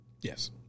yes